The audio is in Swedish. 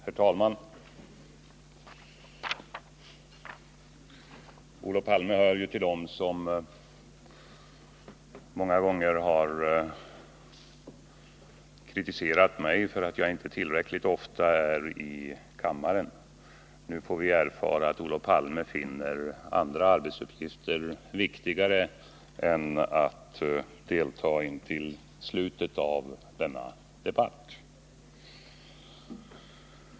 Herr talman! Olof Palme hör till dem som många gånger har kritiserat mig för att jag inte tillräckligt ofta är i kammaren. Nu får vi erfara att Olof Palme finner andra arbetsuppgifter viktigare än att delta till slutet av denna debatt.